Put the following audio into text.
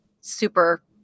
super